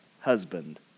husband